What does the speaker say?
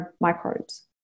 microbes